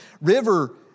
river